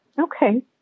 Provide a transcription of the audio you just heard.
Okay